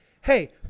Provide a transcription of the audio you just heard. Hey